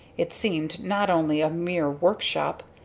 it seemed not only a mere workshop,